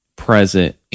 present